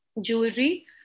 jewelry